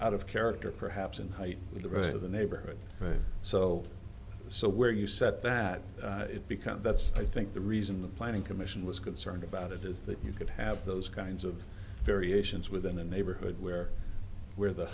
out of character perhaps in the rest of the neighborhood so so where you set that it becomes that's i think the reason the planning commission was concerned about it is that you could have those kinds of variations within a neighborhood where where the